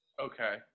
Okay